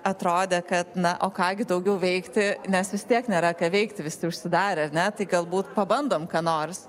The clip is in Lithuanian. atrodė kad na o ką gi daugiau veikti nes vis tiek nėra ką veikti visi užsidarę ane tai galbūt pabandom ką nors